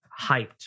hyped